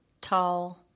tall